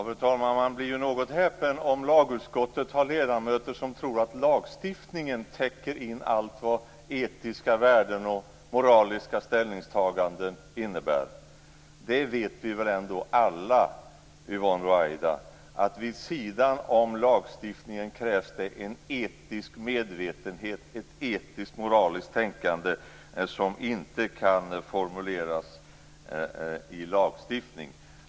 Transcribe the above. Fru talman! Jag blir något häpen om lagutskottet har ledamöter som tror att lagstiftningen täcker in allt vad etiska värden och moraliska ställningstaganden innebär. Alla vet vi väl ändå, Yvonne Ruwaida, att det vid sidan om lagstiftningen krävs en etisk medvetenhet, ett etiskt moraliskt tänkande som inte kan formuleras i lagstiftning.